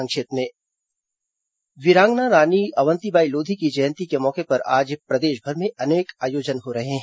संक्षिप्त समाचार वीरांगना रानी अवंतीबाई लोधी की जयंती के मौके पर आज प्रदेशभर में अनेक आयोजन हो रहे हैं